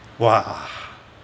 !wah!